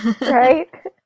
Right